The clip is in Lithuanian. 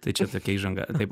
tai čia tokia įžanga taip